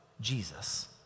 Jesus